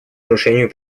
нарушениями